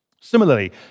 Similarly